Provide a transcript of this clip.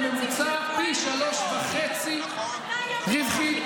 בממוצע פי שלושה וחצי רווחית,